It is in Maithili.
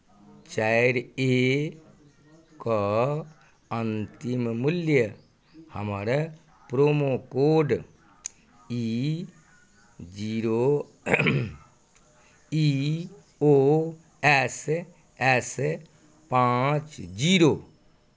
चारि ए के अन्तिम मूल्य हमर प्रोमो कोड ई zero E O S S पाँच जीरो